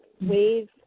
wave